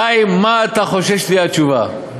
חיים, מה אתה חושב שתהיה התשובה?